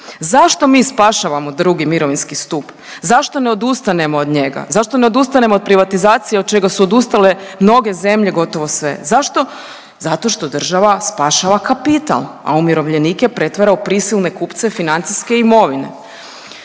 Zašto mi spašavamo II. mirovinski stup, zašto ne odustanemo od njega, zašto ne odustanemo od privatizacije od čega su odustale mnoge zemlje, gotovo sve? Zašto? Zato što država spašava kapital, a umirovljenike pretvara u prisilne kupce financijske imovine.